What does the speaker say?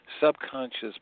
subconscious